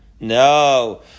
No